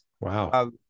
Wow